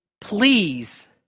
please